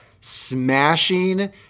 smashing